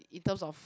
in terms of